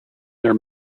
their